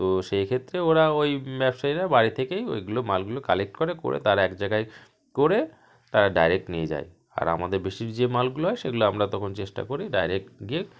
তো সেই ক্ষেত্রে ওরা ওই ব্যবসায়ীরা বাড়ি থেকেই ওইগুলো মালগুলো কালেক্ট করে করে তারা একজাগায় করে তারা ডাইরেক্ট নিয়ে যায় আর আমাদের বেশি যে মালগুলো হয় সেগুলো আমরা তখন চেষ্টা করি ডাইরেক্ট গিয়ে